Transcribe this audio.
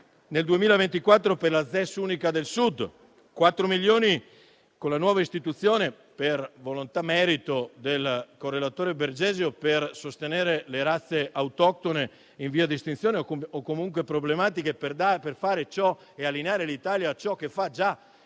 nel 2024 per la ZES unica del Sud; 4 milioni con la nuova istituzione, per volontà e merito del corelatore Bergesio, per sostenere le razze autoctone in via di estinzione o comunque problematiche per allineare l'Italia a ciò che fa già